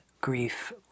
Grief